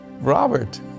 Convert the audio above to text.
Robert